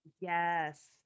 yes